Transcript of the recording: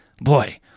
boy